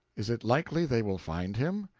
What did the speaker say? is it likely they will find him?